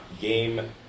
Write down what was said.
game